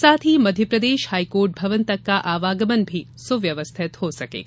साथ ही मध्यप्रदेश हाईकोर्ट भवन तक का आवागमन भी सुव्यवस्थित हो सकेगा